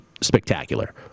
spectacular